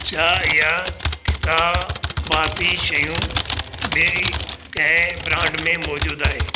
छा इहा क़िताबाती शयूं ॿिए कहिं ब्रांड में मौजूदु आहे